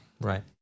Right